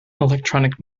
electronic